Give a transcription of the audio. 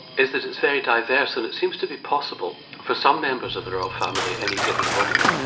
is that it's very diverse, and it seems to be possible for some members of the royal family any given moment,